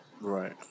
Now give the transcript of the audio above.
Right